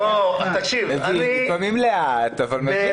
לפעמים לאט, אבל מבין.